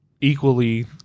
equally